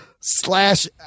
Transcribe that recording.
slash